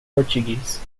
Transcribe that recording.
portuguese